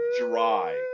dry